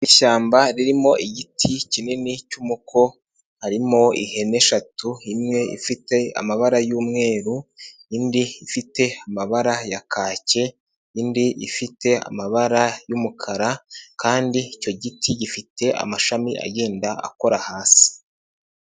Ishyamba ririmo igiti kinini cy'umuko. Harimo ihene eshatu, imwe ifite amabara y'umweru, indi ifite amabara ya kake, indi ifite amabara y'umukara kandi icyo giti gifite amashami agenda akora hasi.